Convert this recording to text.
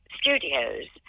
studio's